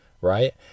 Right